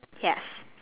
yes